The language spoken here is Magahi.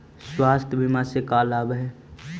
स्वास्थ्य बीमा से का लाभ है?